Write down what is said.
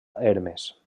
hermes